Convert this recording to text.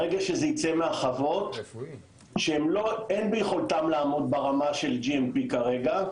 ברגע שזה ייצא מהחוות שאין ביכולתן לעמוד ברמה של GMP כרגע,